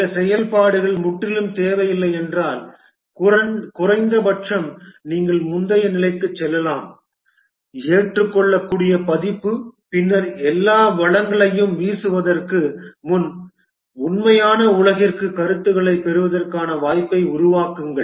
சில செயல்பாடுகள் முற்றிலும் தேவையில்லை என்றால் குறைந்தபட்சம் நீங்கள் முந்தைய நிலைக்குச் செல்லலாம் ஏற்றுக்கொள்ளக்கூடிய பதிப்பு பின்னர் எல்லா வளங்களையும் வீசுவதற்கு முன் உண்மையான உலகத்திலிருந்து கருத்துக்களைப் பெறுவதற்கான வாய்ப்பை உருவாக்குங்கள்